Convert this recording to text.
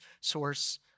source